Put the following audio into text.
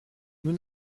nous